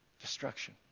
destruction